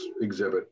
exhibit